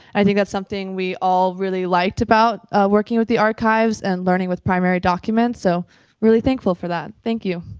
i think that's something we all really liked about working with the archives and learning with primary documents. so really thankful for that, thank you.